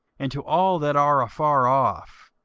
and to all that are afar off,